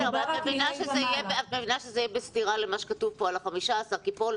את מבינה שזה יהיה בסתירה למה שכתוב כאן לגבי ה-15 תלמידים?